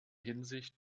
hinsicht